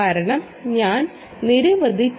കാരണം ഞാൻ നിരവധി ടി